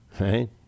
Right